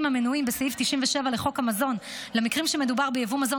המנויים בסעיף 97 לחוק המזון למקרים שמדובר ביבוא מזון